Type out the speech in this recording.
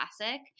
classic